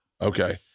Okay